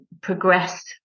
progress